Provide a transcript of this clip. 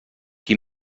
qui